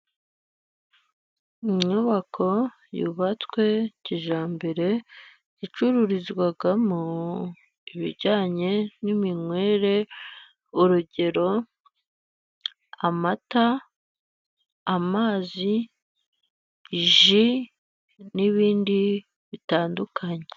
Inyubako yubatswe kijyambere, icururizwamo ibijyanye ni iminywere urugero amata, amazi, ji n'ibindi bitandukanye